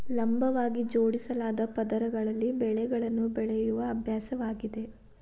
ಲಂಬವಾಗಿ ಜೋಡಿಸಲಾದ ಪದರಗಳಲ್ಲಿ ಬೆಳೆಗಳನ್ನು ಬೆಳೆಯುವ ಅಭ್ಯಾಸವಾಗಿದೆ